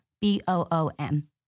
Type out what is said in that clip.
B-O-O-M